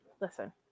listen